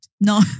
no